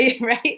right